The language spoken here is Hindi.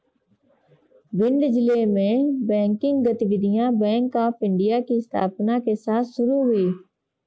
भिंड जिले में बैंकिंग गतिविधियां बैंक ऑफ़ इंडिया की स्थापना के साथ शुरू हुई